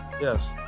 yes